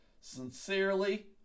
Sincerely